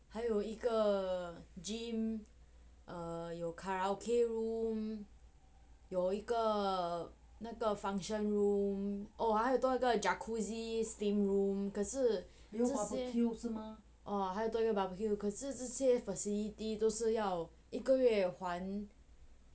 还有一个 gym 有 karaoke room 有一个那个 function room oh 还有多个 jacuzzi steam room 可是这些哦还有个 barbecue 可是这些 facility 都是要一个月还